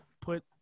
put